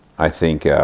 i think